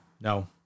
No